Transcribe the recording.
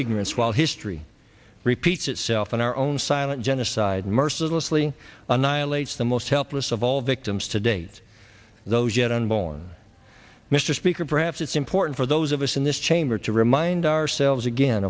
ignorance while history repeats itself in our own silent genocide mercilessly annihilates the most helpless of all victims to date those yet unborn mr speaker perhaps it's important for those of us in this chamber to remind ourselves again